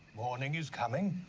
morning is coming,